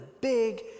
big